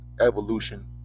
evolution